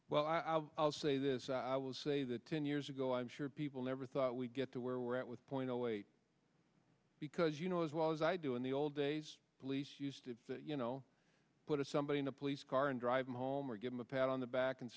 well i'll say this i will say that ten years ago i'm sure people never thought we'd get to where we're at with point oh wait because you know as well as i do in the old days police used to you know put a somebody in a police car and drive them home or give him a pat on the back and